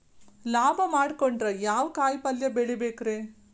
ಲಾಭ ಮಾಡಕೊಂಡ್ರ ಯಾವ ಕಾಯಿಪಲ್ಯ ಬೆಳಿಬೇಕ್ರೇ?